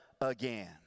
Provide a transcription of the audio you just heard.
again